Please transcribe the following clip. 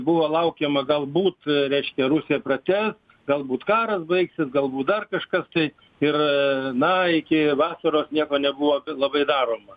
buvo laukiama galbūt reiškia rusija pratęs galbūt karas baigsis galbūt dar kažkas tai ir na iki vasaros nieko nebuvo labai daroma